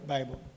Bible